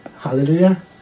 Hallelujah